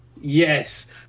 Yes